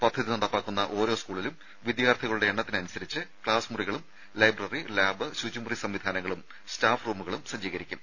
പദ്ധതി നടപ്പാക്കുന്ന ഓരോ സ്കൂളിലും വിദ്യാർത്ഥികളുടെ എണ്ണത്തിനനുസരിച്ച് ക്ലാസ് മുറികളും ലൈബ്രറി ലാബ് ശുചിമുറി സംവിധാനങ്ങളും സ്റ്റാഫ് റൂമും സജ്ജീകരിക്കും